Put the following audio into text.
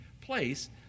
place